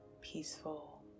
peaceful